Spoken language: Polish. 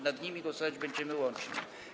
Nad nimi głosować będziemy łącznie.